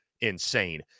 insane